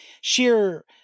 sheer –